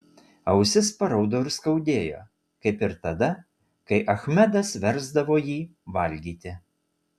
ausis paraudo ir skaudėjo kaip ir tada kai achmedas versdavo jį valgyti